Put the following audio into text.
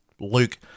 Luke